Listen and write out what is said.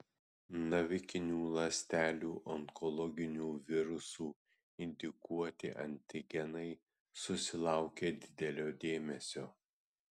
navikinių ląstelių onkologinių virusų indukuoti antigenai susilaukė didelio dėmesio